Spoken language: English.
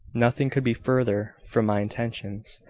nothing could be further from my intentions.